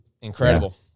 Incredible